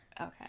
okay